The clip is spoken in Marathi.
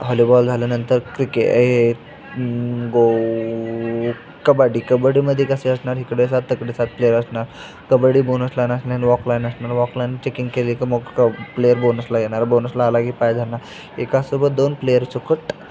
हॉलीबॉल झाल्यानंतर क्रिके हे गो कबड्डी कबड्डीमध्ये कसे असणार इकडे सात तिकडे सात प्लेयर असणार कबड्डी बोनस लायन असणार वॉक लायन असणार वॉक लायन चेकिंग केली की मग क प्लेयर बोनसला येणार बोनसला आला की पाय धरणार एकासोबत दोन प्लेअर सकट